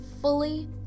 fully